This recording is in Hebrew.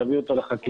להביא אותו לחקירות,